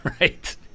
Right